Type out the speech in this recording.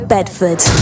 Bedford